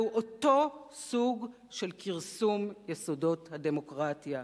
זהו אותו סוג של כרסום יסודות הדמוקרטיה.